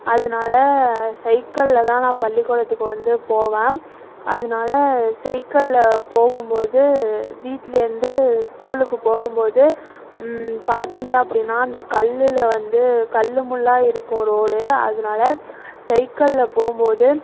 அதனால் சைக்கிளில் தான் நான் பள்ளிக்கூடத்துக்கு வந்து போவேன் அதனால சைக்கிளில் போகும்போது வீட்டுலேருந்து ஸ்கூலுக்கு போகும்போது பார்த்திங்க அப்படின்னா அந்த கல்லில் வந்து கல்லுமுள்ளாக இருக்கும் ரோடு அதனால சைக்கிளில் போகும்போது